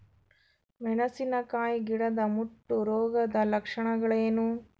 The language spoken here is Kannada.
ಮೆಣಸಿನಕಾಯಿ ಗಿಡದ ಮುಟ್ಟು ರೋಗದ ಲಕ್ಷಣಗಳೇನು?